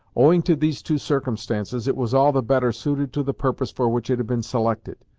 owing to these two circumstances, it was all the better suited to the purpose for which it had been selected,